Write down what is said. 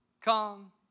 come